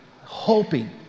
hoping